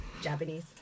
Japanese